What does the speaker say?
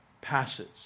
passes